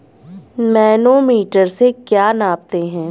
Manometer से क्या नापते हैं?